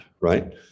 right